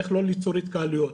איך לא ליצור התקהלויות,